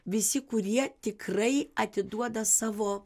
visi kurie tikrai atiduoda savo